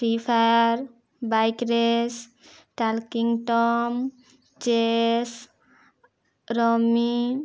free fire bike race talking Tom chess rummy